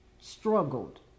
struggled